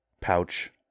pouch